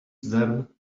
them